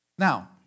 Now